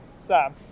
Sam